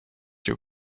your